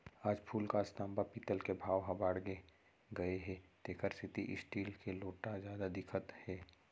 आज फूलकांस, तांबा, पीतल के भाव ह बाड़गे गए हे तेकर सेती स्टील के लोटा जादा दिखत हे